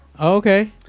Okay